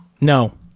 No